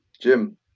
Jim